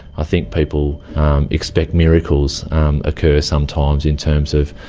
i think people expect miracles occur sometimes in terms of